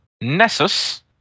Nessus